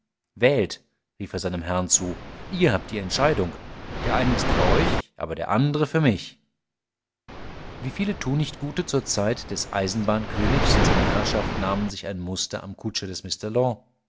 wählt rief er seinem herrn zu ihr habt die entscheidung der eine ist für euch aber der andere für mich wie viele tunichtgute zur zeit des eisenbahnkönigs und seiner herrschaft nahmen sich ein muster am kutscher des mr